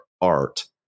art